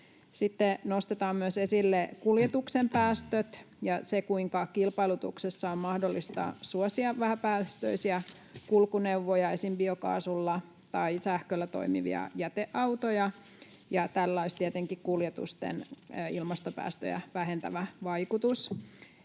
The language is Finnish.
nostetaan myös esille kuljetuksen päästöt ja se, kuinka kilpailutuksessa on mahdollista suosia vähäpäästöisiä kulkuneuvoja, esim. biokaasulla tai sähköllä toimivia jäteautoja, ja tällä olisi tietenkin kuljetusten ilmastopäästöjä vähentävä vaikutus.